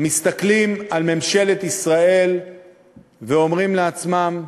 מסתכלים על ממשלת ישראל ואומרים לעצמם: